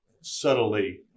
subtly